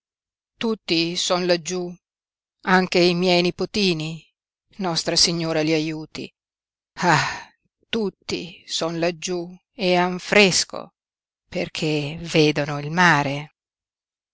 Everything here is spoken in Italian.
tutti son laggiú anche i miei nipotini nostra signora li aiuti ah tutti son laggiú e han fresco perché vedono il mare